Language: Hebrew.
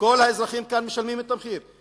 וכל האזרחים כאן משלמים את המחיר,